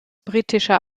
britischer